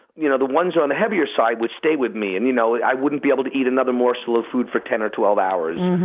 you know the ones on the heavier side would stay with me. and you know like i wouldn't be able to eat another morsel of food for ten or twelve hours,